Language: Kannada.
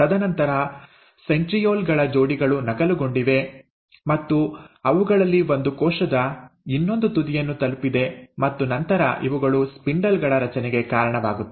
ತದನಂತರ ಸೆಂಟ್ರೀಯೋಲ್ ಗಳ ಜೋಡಿಗಳು ನಕಲುಗೊಂಡಿವೆ ಮತ್ತು ಅವುಗಳಲ್ಲಿ ಒಂದು ಕೋಶದ ಇನ್ನೊಂದು ತುದಿಯನ್ನು ತಲುಪಿದೆ ಮತ್ತು ನಂತರ ಇವುಗಳು ಸ್ಪಿಂಡಲ್ ಗಳ ರಚನೆಗೆ ಕಾರಣವಾಗುತ್ತವೆ